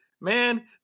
man